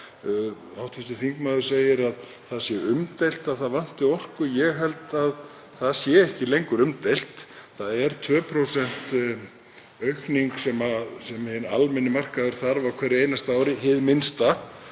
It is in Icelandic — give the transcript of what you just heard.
Hv. þingmaður segir að það sé umdeilt að það vanti orku. Ég held að það sé ekki lengur umdeilt. Það er 2% aukning sem hinn almenni markaður þarf á hverju einasta ári hið minnsta.